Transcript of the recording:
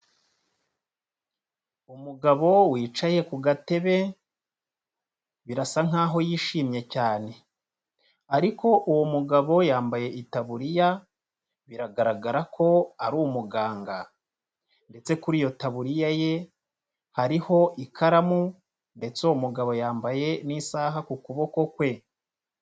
Umugabo wicaye ku gatebe. Birasa nkaho yishimye cyane. Ariko uwo mugabo yambaye itaburiya, biragaragara ko ari umuganga ndetse kuri iyo taburiya ye hariho ikaramu ndetse uwo mugabo yambaye n'isaha ku kuboko kwe.